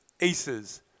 Aces